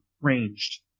ranged